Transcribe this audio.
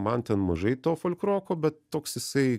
man ten mažai to folkroko bet toks jisai